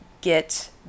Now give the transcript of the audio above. get